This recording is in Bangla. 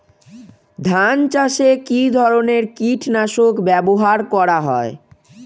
ধান চাষে কী ধরনের কীট নাশক ব্যাবহার করা হয়?